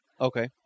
Okay